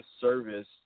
service